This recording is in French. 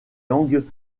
langues